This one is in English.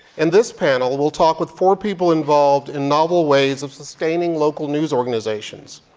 in this panel, we'll talk with four people involved in novel ways of sustaining local news organizations.